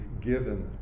given